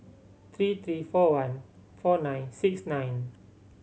three three four one four nine six nine